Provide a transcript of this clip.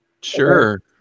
Sure